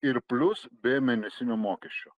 ir plius be mėnesinio mokesčio